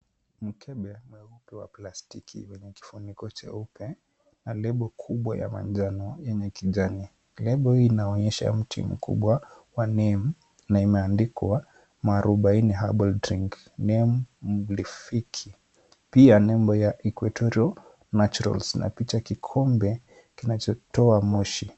Mkebe mweupe wa plastiki wenye kifuniko cheupe na lebo kubwa ya manjano yenye kijani. Lebo hii inaonyesha mti mkubwa wa Neem na imeandikwa Muarubaini Herbal Drink Neem Mlifiki. Pia nembo ya Equatorial Naturals na picha, kikombe kinachotoa moshi.